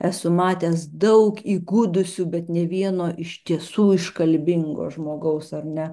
esu matęs daug įgudusių bet nė vieno iš tiesų iškalbingo žmogaus ar ne